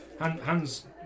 Hands